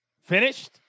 finished